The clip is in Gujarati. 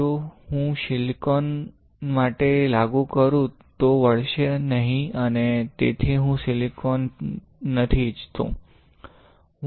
જો હું સિલિકોન માટે લાગુ કરું તો વળશે નહીં અને તેથી હુ સિલિકોન નથી ઇચ્છતો